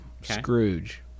Scrooge